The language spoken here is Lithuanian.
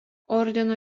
ordino